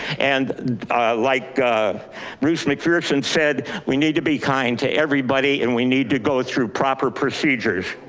and like bruce mcpherson said, we need to be kind to everybody and we need to go through proper procedures.